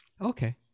Okay